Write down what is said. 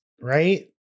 right